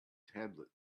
tablet